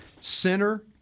center